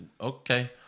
okay